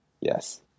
Yes